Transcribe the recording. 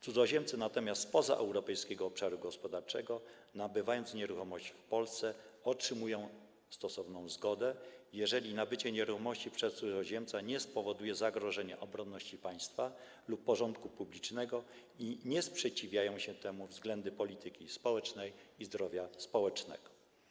Cudzoziemcy natomiast spoza Europejskiego Obszaru Gospodarczego, nabywając nieruchomość w Polsce, otrzymują stosowną zgodę, jeżeli nabycie nieruchomości przez cudzoziemca nie spowoduje zagrożenia obronności państwa lub porządku publicznego i nie sprzeciwiają się temu względy polityki społecznej i zdrowia społecznego.